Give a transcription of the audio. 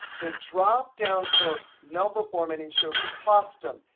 the drop down for number formatting shows custom,